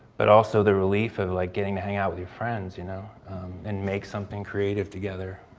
but also the relief of like getting to hang out with your friends you know and make something creative together.